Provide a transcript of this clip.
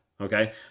Okay